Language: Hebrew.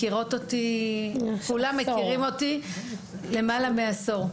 כולם מכירים אותי פה למעלה מעשור.